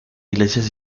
iglesias